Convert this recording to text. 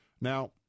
Now